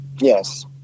Yes